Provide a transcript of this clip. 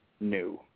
new